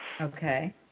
Okay